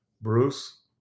Bruce